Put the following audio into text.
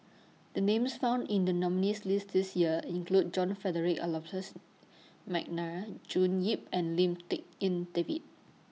The Names found in The nominees' list This Year include John Frederick Adolphus Mcnair June Yap and Lim Tik En David